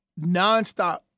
Nonstop